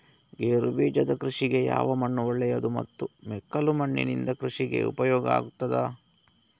ಗೇರುಬೀಜದ ಕೃಷಿಗೆ ಯಾವ ಮಣ್ಣು ಒಳ್ಳೆಯದು ಮತ್ತು ಮೆಕ್ಕಲು ಮಣ್ಣಿನಿಂದ ಕೃಷಿಗೆ ಉಪಯೋಗ ಆಗುತ್ತದಾ?